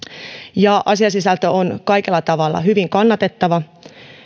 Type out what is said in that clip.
ja asiasisältö on kaikella tavalla hyvin kannatettava